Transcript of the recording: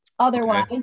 Otherwise